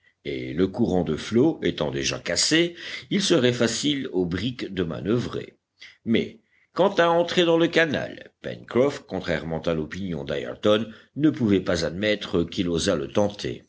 et le courant de flot étant déjà cassé il serait facile au brick de manoeuvrer mais quant à entrer dans le canal pencroff contrairement à l'opinion d'ayrton ne pouvait pas admettre qu'il osât